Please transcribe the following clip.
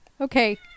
Okay